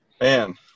Man